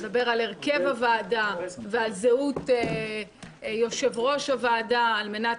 שמדבר על הרכב הוועדה ועל זהות יושב-ראש הוועדה על מנת